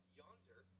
yonder